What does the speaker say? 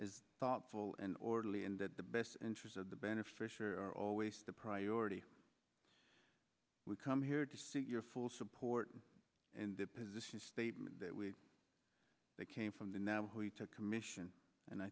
is thoughtful and orderly and that the best interests of the beneficiaries are always the priority we come here to seek your full support and the position statement that we that came from the navajo he took commission and i